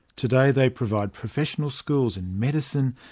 today they provide professional schools in medicine,